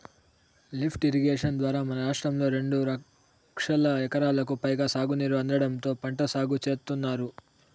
lift irrigation ద్వారా మన రాష్ట్రంలో రెండు లక్షల ఎకరాలకు పైగా సాగునీరు అందడంతో పంట సాగు చేత్తున్నారు